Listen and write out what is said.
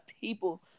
people